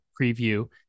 preview